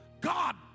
God